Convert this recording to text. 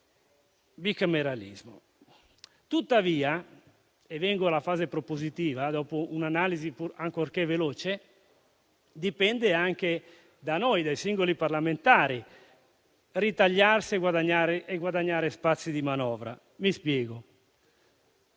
bicameralismo. Tuttavia - e vengo alla fase propositiva, dopo un'analisi ancorché veloce - dipende anche da noi, dai singoli parlamentari, ritagliarsi e guadagnare spazi di manovra. Mi spiego.